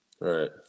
Right